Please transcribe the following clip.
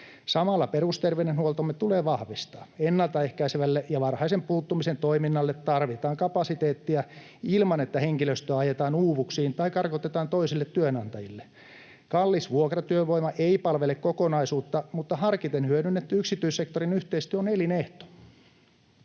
Samalla perusterveydenhuoltoamme tulee vahvistaa. Ennaltaehkäisevälle ja varhaisen puuttumisen toiminnalle tarvitaan kapasiteettia ilman, että henkilöstö ajetaan uuvuksiin tai karkotetaan toisille työnantajille. Kallis vuokratyövoima ei palvele kokonaisuutta, mutta harkiten hyödynnetty yksityissektorin yhteistyö on elinehto.